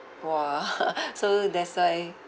!wah! so that's why